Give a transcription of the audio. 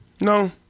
No